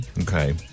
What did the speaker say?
okay